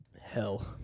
Hell